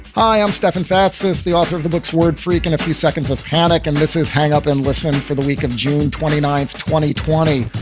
hi, i'm stefan fatsis, the author of the book word freak in and a few seconds of panic and misses, hang up and listen for the week of june. twenty ninth, twenty twenty.